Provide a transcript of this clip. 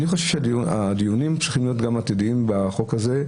אני חושב שהדיונים צריכים להיות עתידיים בחוק הזה,